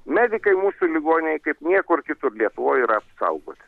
medikai mūsų ligoninėj kaip niekur kitur lietuvoj yra apsaugoti